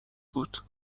بود